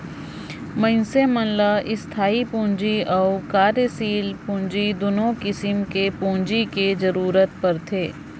मइनसे मन ल इस्थाई पूंजी अउ कारयसील पूंजी दुनो किसिम कर पूंजी कर जरूरत परथे